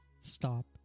Stop